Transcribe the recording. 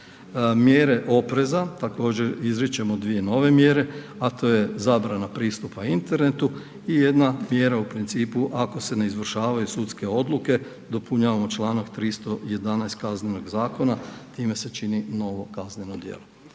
Mjere opreza, također izričemo dvije nove mjere, a to je zabrana pristupa internetu i jedna mjera u principu ako se ne izvršavaju sudske odluke dopunjavamo članak 311. Kaznenog zakona time se čini novo kazneno djelo.